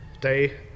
day